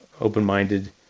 open-minded